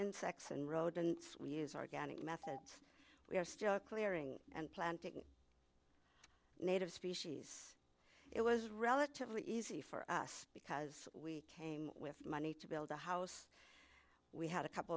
insects and rodents we use organic methods we are still clearing and planting native species it was relatively easy for us because we came with money to build a house we had a couple